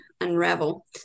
unravel